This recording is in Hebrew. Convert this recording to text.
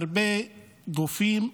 מהרבה גופים.